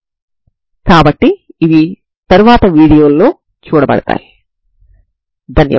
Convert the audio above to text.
దీన్ని మనం తర్వాత వీడియోలో చూద్దాం ధన్యవాదాలు